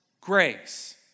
grace